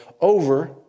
over